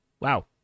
Wow